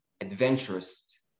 adventurous